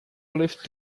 lift